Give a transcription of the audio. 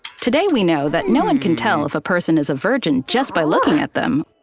today we know that no one can tell if a person is a virgin just by looking at them,